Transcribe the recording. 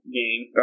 game